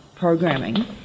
programming